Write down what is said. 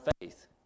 faith